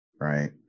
right